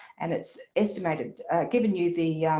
and it's estimated given you the